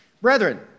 brethren